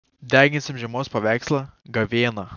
deginsim žiemos paveikslą gavėną